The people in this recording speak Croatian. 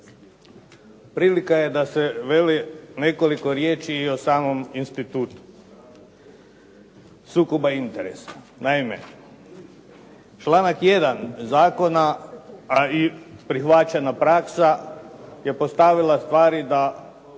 prilika je da se veli nekoliko riječi i o samom institutu sukoba interesa. Naime, članak 1. zakona, a i prihvaćena praksa je postavila stvari da